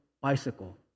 bicycle